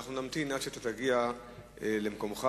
נמתין עד שתגיע למקומך,